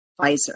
Pfizer